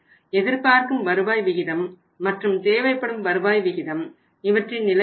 எதிர்பார்க்கும் வருவாய் விகிதம் மற்றும் தேவைப்படும் வருவாய் விகிதம் இவற்றின் நிலை என்ன